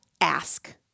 ask